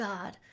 God